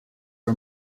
are